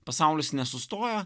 pasaulis nesustoja